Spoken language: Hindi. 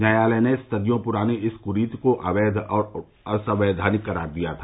न्याायालय ने सदियों पुरानी इस कुरीति को अवैध और असंवैधानिक करार दिया था